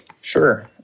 Sure